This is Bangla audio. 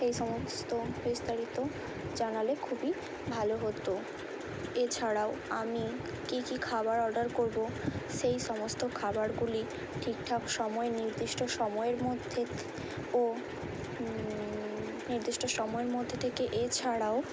এ সমস্ত বিস্তারিত জানালে খুবই ভালো হতো এছাড়াও আমি কী কী খাবার অর্ডার করবো সেই সমস্ত খাবারগুলি ঠিক ঠাক সময় নির্দিষ্ট সময়ের মধ্যে ও নির্দিষ্ট সময়ের মধ্যে থেকে এছাড়াও